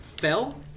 fell